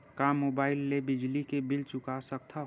का मुबाइल ले बिजली के बिल चुका सकथव?